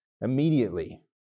immediately